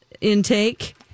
intake